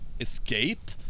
escape